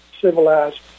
civilized